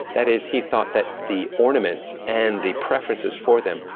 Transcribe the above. that is, he thought that the ornaments, and the preferences for them,